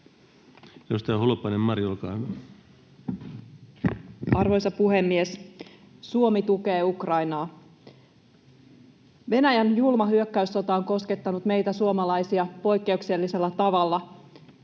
Arvoisa puhemies! Suomi tukee Ukrainaa. Venäjän julma hyökkäyssota on koskettanut meitä suomalaisia poikkeuksellisella tavalla.